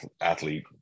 athlete